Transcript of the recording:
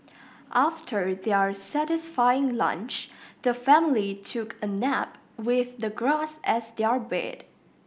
after their satisfying lunch the family took a nap with the grass as their bed